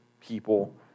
people